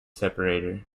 separator